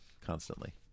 constantly